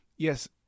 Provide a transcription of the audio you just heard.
Yes